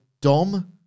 Dom